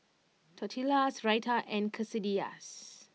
Tortillas Raita and Quesadillas